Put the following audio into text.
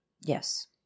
Yes